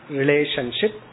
relationship